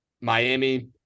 Miami